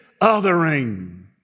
othering